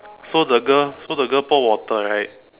so the girl so the girl pour water right